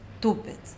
stupid